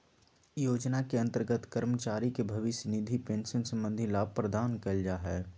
योजना के अंतर्गत कर्मचारी के भविष्य निधि पेंशन संबंधी लाभ प्रदान कइल जा हइ